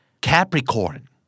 Capricorn